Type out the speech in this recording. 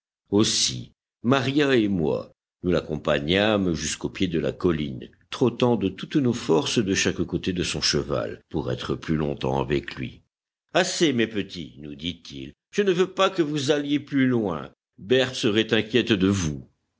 aussi maria et moi nous l'accompagnâmes jusqu'au pied de la colline trottant de toutes nos forces de chaque côté de son cheval pour être plus longtemps avec lui assez mes petits nous dit-il je ne veux pas que vous alliez plus loin berthe serait inquiète de vous